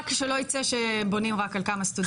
שלא ייצא שבונים רק על כמה סטודנטים.